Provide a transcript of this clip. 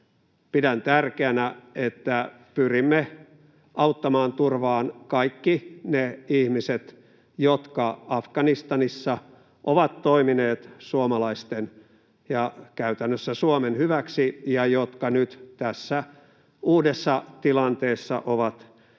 pidän tärkeänä, että pyrimme auttamaan turvaan kaikki ne ihmiset, jotka Afganistanissa ovat toimineet suomalaisten ja käytännössä Suomen hyväksi ja jotka nyt tässä uudessa tilanteessa ovat joutuneet